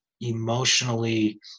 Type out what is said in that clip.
emotionally